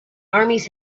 armies